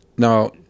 Now